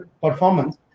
performance